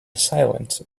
silent